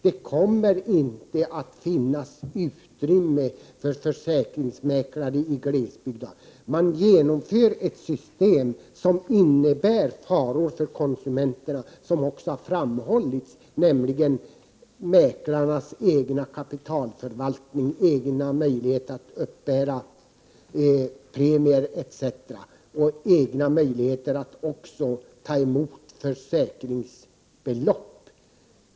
Det kommer inte att finnas utrymme för försäkringsmäklare i glesbygd. Man genomför ett system som innebär faror för konsumenterna, som också har framhållits, nämligen mäklarnas egen kapitalförvaltning, egna möjligheter att uppbära premier och möjligheter att också ta emot försäkringsbelopp.